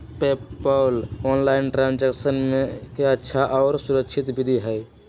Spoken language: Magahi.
पेपॉल ऑनलाइन ट्रांजैक्शन के अच्छा और सुरक्षित विधि हई